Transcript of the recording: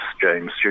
James